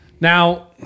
Now